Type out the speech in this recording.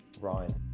ryan